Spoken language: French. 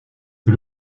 est